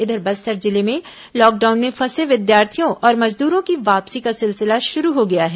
इधर बस्तर जिले में लॉकडाउन में फंसे विद्यार्थियों और मजदूरों की वापसी का सिलसिला शुरू हो गया है